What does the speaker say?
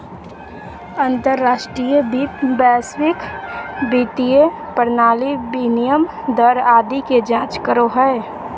अंतर्राष्ट्रीय वित्त वैश्विक वित्तीय प्रणाली, विनिमय दर आदि के जांच करो हय